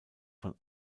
von